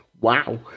Wow